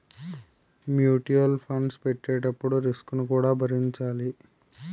mutual funds పెట్టేటప్పుడు risk ను కూడా భరించాలి